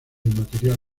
material